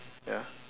ya